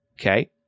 okay